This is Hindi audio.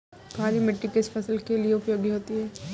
काली मिट्टी किस फसल के लिए उपयोगी होती है?